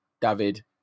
David